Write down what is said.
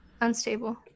unstable